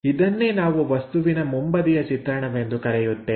ಅದನ್ನೇ ನಾವು ವಸ್ತುವಿನ ಮುಂಬದಿಯ ಚಿತ್ರಣವೆಂದು ಕರೆಯುತ್ತೇವೆ